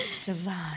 Divine